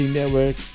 Network